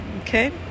okay